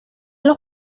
los